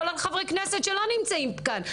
כולל חברי כנסת שלא נמצאים כאן.